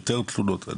יותר תלונות?